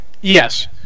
Yes